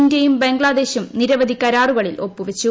ഇന്തൃയും ബംഗ്ലാദേശും നിരവധി കരാറുകളിൽ ഒപ്പുവച്ചു